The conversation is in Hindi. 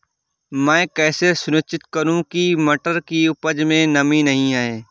मैं कैसे सुनिश्चित करूँ की मटर की उपज में नमी नहीं है?